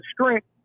strength